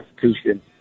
Constitution